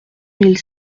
mille